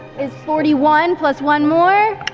is forty one plus one more.